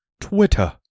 twitter